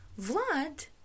Vlad